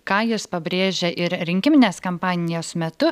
ką jis pabrėžė ir rinkiminės kampanijos metu